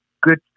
good